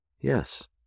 Yes